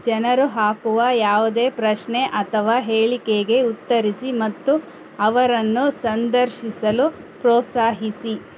ಜನರು ಹಾಕುವ ಯಾವುದೇ ಪ್ರಶ್ನೆ ಅಥವಾ ಹೇಳಿಕೆಗೆ ಉತ್ತರಿಸಿ ಮತ್ತು ಅವರನ್ನು ಸಂದರ್ಶಿಸಲು ಪ್ರೋತ್ಸಾಹಿಸಿ